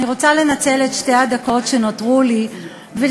אני רוצה לנצל את שתי הדקות שנותרו לי ולהתייחס